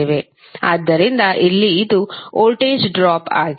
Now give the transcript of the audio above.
ಆದ್ದರಿಂದ ಇಲ್ಲಿ ಇದು ವೋಲ್ಟೇಜ್ ಡ್ರಾಪ್ ಆಗಿದೆ